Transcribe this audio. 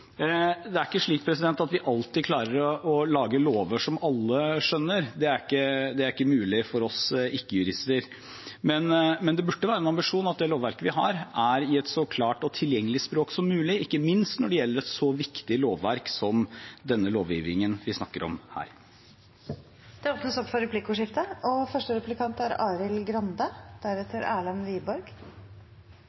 Det er ikke slik at vi alltid klarer å lage lover som alle skjønner. Det er ikke mulig for oss ikke-jurister. Men det burde være en ambisjon at det lovverket vi har, er i et så klart og tilgjengelig språk som mulig, ikke minst når det gjelder et så viktig lovverk som denne lovgivningen vi snakker om her. Det blir replikkordskifte. Når jeg hører måten Wiborg og Røe Isaksen ordlegger seg på, er